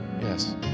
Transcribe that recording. Yes